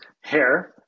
hair